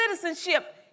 citizenship